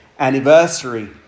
Anniversary